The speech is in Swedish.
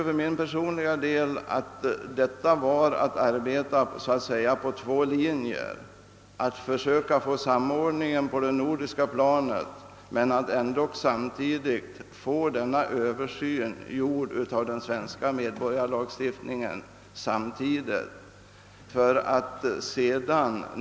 För mig innebär det att vi arbetar efter två linjer på en gång, när vi samtidigt försöker få en samordning på det nordiska planet och en översyn av den svenska medborgarlagstiftningen.